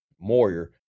Moyer